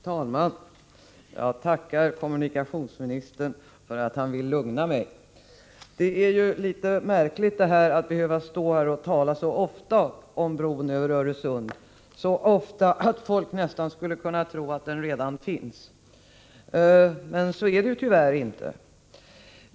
Fru talman! Jag tackar kommunikationsministern för att han vill lugna mig. Det är märkligt att så ofta behöva stå i kammarens talarstol och tala om bron över Öresund — så ofta att folk nästan skulle kunna tro att den redan finns. Men så är det tyvärr inte.